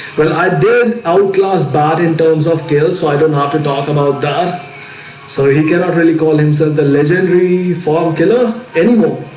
well, i did out last part in terms of kills so i don't have to talk about that so he cannot really call call himself the legendary form killer anymore